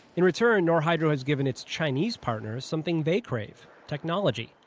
in return, norrhydro has given its chinese partners something they crave technology.